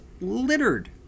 littered